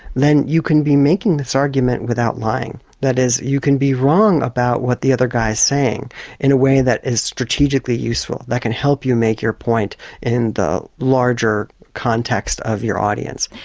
then you can be making this argument without lying. that is you can be wrong about what the other guy is saying in a way that is strategically useful, that can help you make your point in the larger context of your audience.